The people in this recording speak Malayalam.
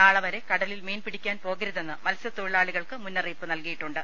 നാളെവരെ കടലിൽ മീൻപിടി ക്കാൻ പോകരുതെന്ന് മത്സ്യത്തൊഴിലാളികൾക്ക് മുന്ന റിയിപ്പ് നൽകിയിട്ടുണ്ട്